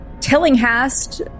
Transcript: Tillinghast